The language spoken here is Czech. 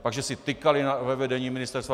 Pak že si tykali ve vedení ministerstva.